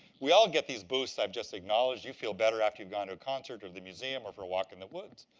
we all get these boosts i've just acknowledged. you feel better after you've gone to a concert or the museum or for a walk in the woods.